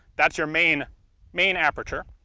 that's your main main aperture.